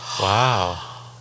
Wow